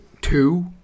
Two